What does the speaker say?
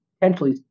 potentially